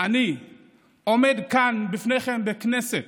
אני עומד כאן בפניכם בכנסת,